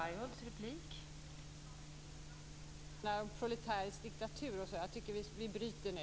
Fru talman! Nu kommer vi snart in på en debatt som handlar om proletärernas diktatur. Jag tycker att vi bryter nu.